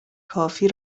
کافی